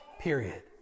period